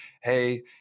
hey